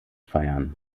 feiern